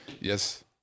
yes